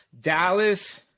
Dallas